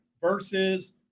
versus